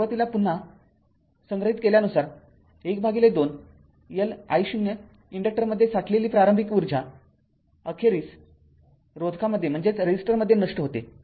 सुरुवातीस पुन्हा संग्रहित केल्यानुसार १२ L I0 इंडक्टक्टरमध्ये साठलेली प्रारंभिक उर्जा अखेरीस रोधकामध्ये नष्ट होते